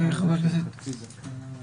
חברי הכנסת אמרו את דברם,